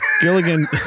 Gilligan